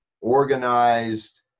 organized